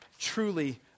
truly